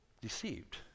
deceived